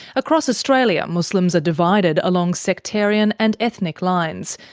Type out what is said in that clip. across australia, muslims are divided along sectarian and ethnic lines,